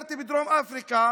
לא רק כך, אני ביקרתי בדרום אפריקה